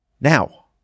Now